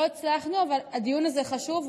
לא הצלחנו, אבל הדיון הזה חשוב.